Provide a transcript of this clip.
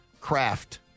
craft